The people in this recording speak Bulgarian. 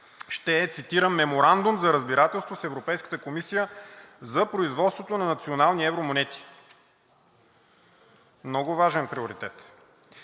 ще цитирам: „Меморандум за разбирателство с Европейската комисия за производството на национални евромонети.“ Много важен приоритет!